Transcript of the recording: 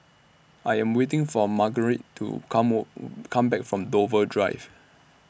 I Am waiting For Margarite to Car More Come Back from Dover Drive